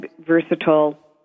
versatile